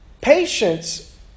patience